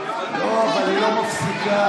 אמסלם בעד יש עוד מישהו?